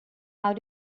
how